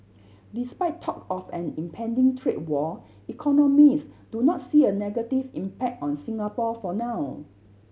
despite talk of an impending trade war economists do not see a negative impact on Singapore for now